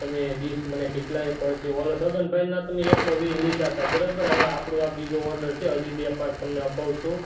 અને ડીસ મને કેટલાએ પડશે તો ઓલા છગનભાઈનાં તમે એકસો વીસ લીધા હતા બરોબર હવે આપણું આ બીજો ઓર્ડર છે હજી બે પાંચ તમને અપાવીશું